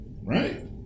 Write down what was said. right